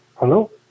hello